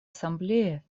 ассамблее